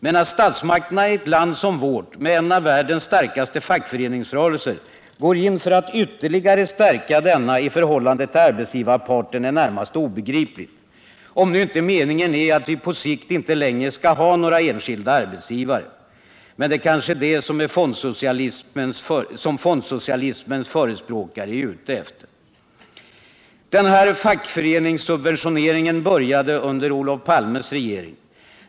Men att statsmakterna i ett land som vårt med en av världens starkaste fackföreningsrörelser går in för att ytterligare stärka denna i förhållande till arbetsgivarparten är närmast obegripligt — om nu inte meningen är att vi på sikt inte längre skall ha några enskilda arbetsgivare. Men det är kanske det som fondsocialismens förespråkare är ute efter. Denna fackföreningssubventionering började under Olof Palmes regering.